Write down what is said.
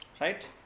Right